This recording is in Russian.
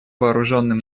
вооруженным